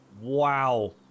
Wow